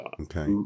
okay